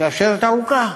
שרשרת ארוכה.